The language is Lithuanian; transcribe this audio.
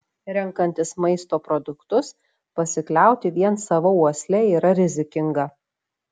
renkantis maisto produktus pasikliauti vien sava uosle yra rizikinga